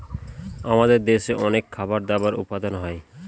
আমাদের দেশে অনেক খাবার দাবার উপাদান হয়